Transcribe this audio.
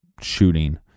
shooting